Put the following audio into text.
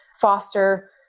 foster